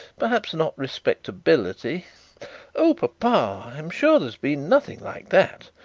perhaps not respectability oh, papa! i'm sure there's been nothing like that.